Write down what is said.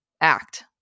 act